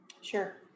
Sure